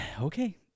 Okay